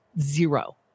Zero